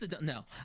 No